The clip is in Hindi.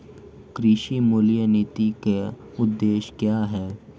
कृषि मूल्य नीति के उद्देश्य क्या है?